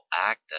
act